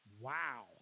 Wow